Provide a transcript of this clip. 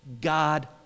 God